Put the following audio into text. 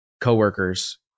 coworkers